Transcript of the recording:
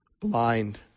blind